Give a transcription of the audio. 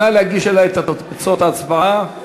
נא להגיש אלי את תוצאות ההצבעה.